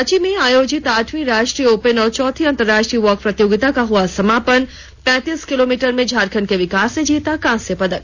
रांची में आयोजित आठवीं राष्ट्रीय ओपन और चौथी अंतराराष्ट्रीय वॉक प्रतियोगिता का हुआ समापन पैंतीस किलोमीटर में झारखंड के विकास ने जीता कांस्य पदक